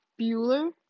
Bueller